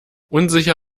unsicher